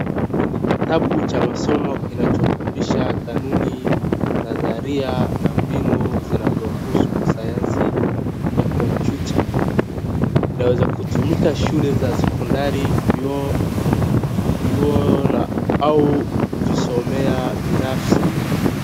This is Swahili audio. Hiki ni kitabu cha masomo kinachofundisha kanuni, nadharia na mbinu zinazohusu sayansi ya kompuya. Kinaweza kutumika shule za sekondari, vyuo au kujisomea binafsi.